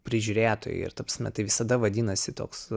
prižiūrėtojui ir ta prasme tai visada vadinasi toks